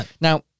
Now